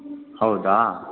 ಹೌದಾ